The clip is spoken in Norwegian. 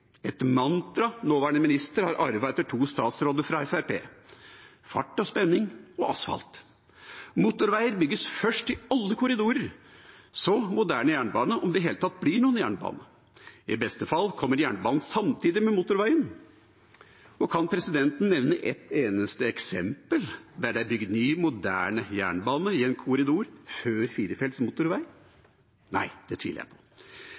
et mantra nåværende minister har arvet etter to statsråder fra Fremskrittspartiet – fart, spenning og asfalt. Motorveier bygges først i alle korridorer, så moderne jernbane, om det i det hele tatt blir noen jernbane. I beste fall kommer jernbanen samtidig med motorveien. Og kan presidenten nevne et eneste eksempel der det er bygd ny moderne jernbane i en korridor før firefelts motorvei? Nei, det tviler jeg på. I vårt alternative budsjett peker vi på